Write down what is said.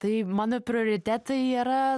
tai mano prioritetai yra